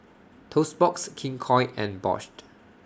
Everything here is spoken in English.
Toast Box King Koil and Bosch